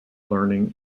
learning